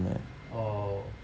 oh